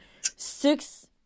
six